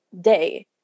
day